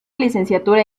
licenciatura